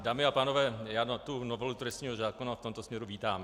Dámy a pánové, já novelu trestního zákona v tomto směru vítám.